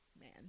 man